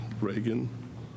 Reagan